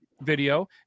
video